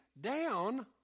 down